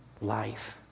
life